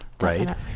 right